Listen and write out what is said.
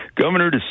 Governor